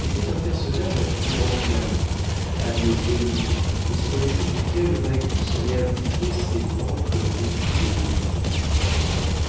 était un personnage à figure enflammée à nez veineux et sur les joues duquel bacchus avait appliqué ses pampres rougis et bulbeux